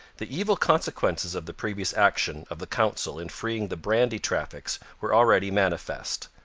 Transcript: the evil consequences of the previous action of the council in freeing the brandy traffic were already manifest.